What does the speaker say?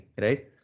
right